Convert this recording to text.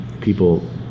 people